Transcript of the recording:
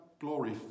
glory